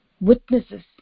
Witnesses